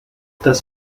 das